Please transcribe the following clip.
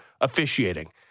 officiating